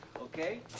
Okay